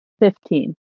Fifteen